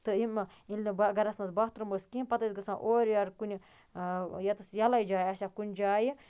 تہٕ یِمہٕ ییٚلہِ نہٕ بہٕ گَرَس منٛز باتھروٗم ٲسۍ کینٛہہ پَتہٕ ٲسۍ گژھان اورٕ یورٕ کُنہِ یَیٚتیٚس ییٚلَے جاے آسہِ ہا کُنہِ جایہِ